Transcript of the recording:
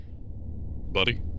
Buddy